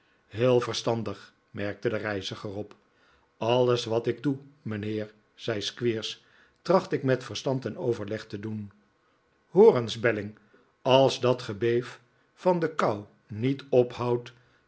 heel verstandig merkte de reiziger op alles wat ik doe mijnheer zei squeers tracht ik met verstand en overleg te doen hoor eens belling als dat gebeef van de kou niet ophoudt